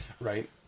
Right